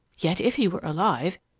yet if he were alive,